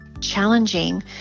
challenging